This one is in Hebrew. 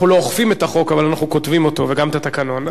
אנחנו לא אוכפים את החוק אבל אנחנו כותבים אותו וגם את התקנון,